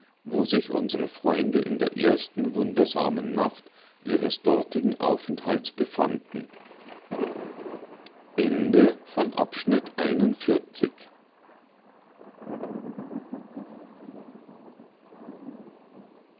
wo sich unsre freunde in der ersten wundersamen nacht ihres dortigen aufenthalts befanden